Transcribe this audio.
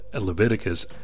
Leviticus